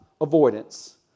avoidance